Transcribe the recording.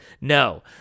no